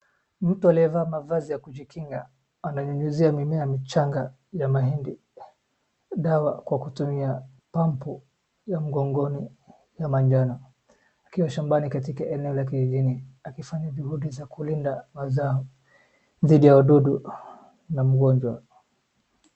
Mtu aliyevaa mavazi ya kujikinga ananyunyizia mimea michanga ya mahindi dawa kwa kutumia pampu ya mgongoni ya manjano akiwa shambani katika eneo la kijijini akifanya juhuzi ya kulinda mazao dhidi ya wadudu na mgonjwa.